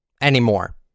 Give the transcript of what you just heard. anymore